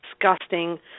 disgusting